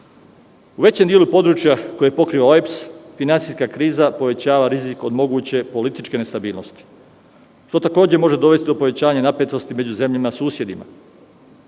većem delu područja koje pokriva OEBS finansijska kriza povećava rizik od moguće političke nestabilnosti. To takođe može dovesti do povećanja napetosti među zemljama susedima.